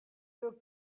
your